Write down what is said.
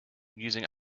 using